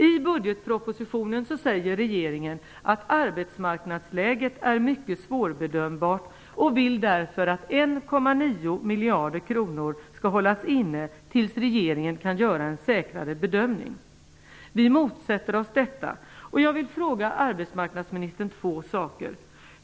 I budgetpropositionen säger regeringen att arbetsmarknadsläget är mycket svårbedömbart och vill därför att 1,9 miljarder kronor skall hållas inne tills regeringen kan göra en säkrare bedömning. Vi motsätter oss detta.